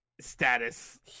status